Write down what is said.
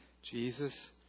Jesus